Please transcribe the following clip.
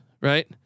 right